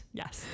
yes